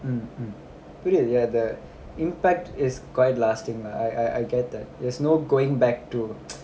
mm mm புரியுது:puriyudhu impact is quite lasting lah I I get that there's no going back to